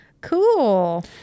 Cool